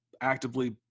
actively